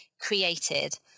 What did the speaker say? created